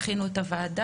הכין את הוועדה.